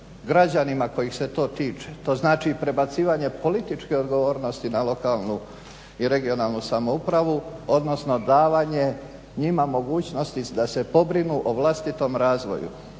građanima kojih se to tiče. To znači prebacivanje političke odgovornosti na lokalnu i regionalnu samoupravu odnosno davanje njima mogućnosti da se pobrinu o vlastitom razvoju.